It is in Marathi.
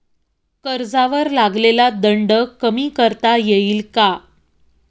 कर्जावर लागलेला दंड कमी करता येईल का?